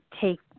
take